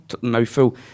mouthful